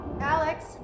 Alex